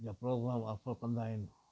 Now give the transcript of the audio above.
जा programme offer कंदा आहिनि